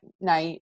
night